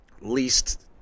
least